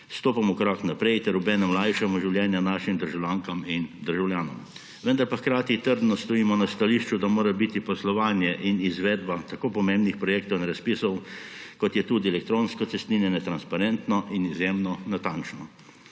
stopamo korak naprej ter obenem lajšamo življenje našim državljankam in državljanom. Vendar pa hkrati trdno stojimo na stališču, da mora biti poslovanje in izvedba tako pomembnih projektov in razpisov, kot je tudi elektronsko cestninjenje, transparentno in izjemno natančno,